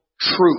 truth